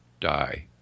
die